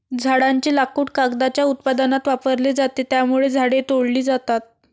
झाडांचे लाकूड कागदाच्या उत्पादनात वापरले जाते, त्यामुळे झाडे तोडली जातात